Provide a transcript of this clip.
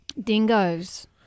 Dingoes